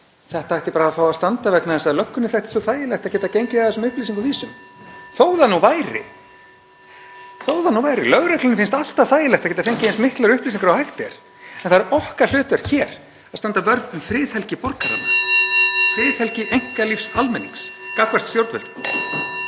þetta ætti bara að fá að standa vegna þess að löggunni þætti svo þægilegt að geta gengið að þessum upplýsingum vísum. Þó það nú væri, lögreglunni finnst alltaf þægilegt að geta fengið eins miklar upplýsingar og hægt er. En það er okkar hlutverk hér að standa vörð um friðhelgi borgaranna, friðhelgi einkalífs almennings gagnvart stjórnvöldum.